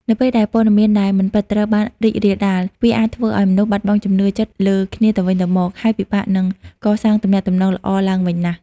នៅពេលដែលព័ត៌មានដែលមិនពិតត្រូវបានរីករាលដាល វាអាចធ្វើឱ្យមនុស្សបាត់បង់ជំនឿចិត្តលើគ្នាទៅវិញទៅមក ហើយពិបាកនឹងកសាងទំនាក់ទំនងល្អឡើងវិញណាស់។